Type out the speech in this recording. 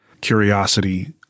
Curiosity